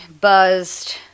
buzzed